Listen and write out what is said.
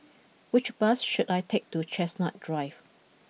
which bus should I take to Chestnut drive